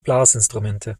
blasinstrumente